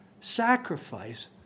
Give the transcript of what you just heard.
sacrifice